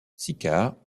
sicard